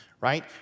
right